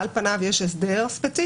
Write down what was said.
על פניו יש הסדר ספציפי.